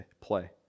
play